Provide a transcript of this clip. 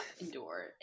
endure